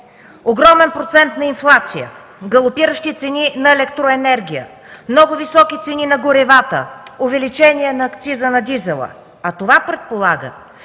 огромен процент на инфлация, галопиращи цени на електроенергия, много високи цени на горивата, увеличение на акциза на дизела, а това предполага,